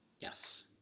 Yes